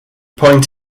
point